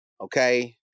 Okay